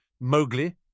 Mowgli